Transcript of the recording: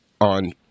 on